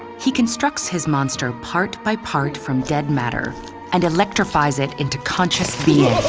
he constructs his monster part by part from dead matter and electrifies it into conscious being.